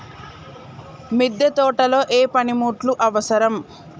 మిద్దె తోటలో ఏ పనిముట్లు అవసరం?